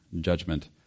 judgment